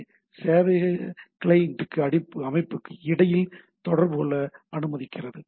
B சேவையக client அமைப்புக்கு இடையில் தொடர்பு கொள்ள அனுமதிக்கிறது